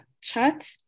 chat